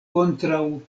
kontraŭ